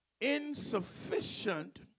insufficient